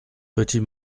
petit